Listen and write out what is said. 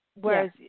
Whereas